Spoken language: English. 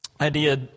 idea